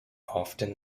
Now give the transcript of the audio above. often